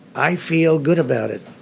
i feel good about it.